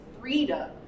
freedom